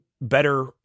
better